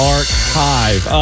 Archive